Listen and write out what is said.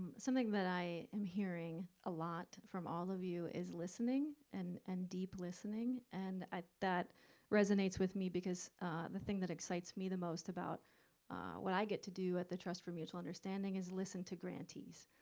something that i am hearing a lot from all of you is listening and and deep listening and that resonates with me, because the thing that excites me the most about what i get to do at the trust for mutual understanding is listen to grantees.